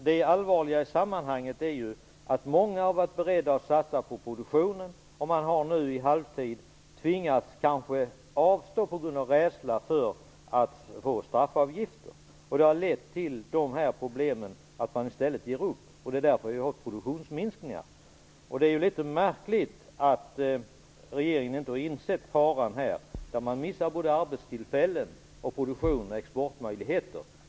Det allvarliga i sammanhanget är ju att många har varit beredda att satsa på produktion, men nu i halvtid har de kanske tvingats avstå på grund av rädsla för att få straffavgifter. Det har lett till problemet att de i stället ger upp. Det är därför som det har skett produktionsminskningar. Det är litet märkligt att regeringen inte har insett denna fara. Därför förlorar man både arbetstillfällen och produktions och exportmöjligheter.